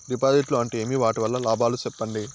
డిపాజిట్లు అంటే ఏమి? వాటి వల్ల లాభాలు సెప్పండి?